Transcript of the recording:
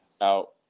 out